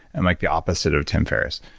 i'm like the opposite of tim ferriss.